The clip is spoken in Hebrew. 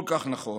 כל כך נכון.